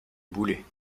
boulet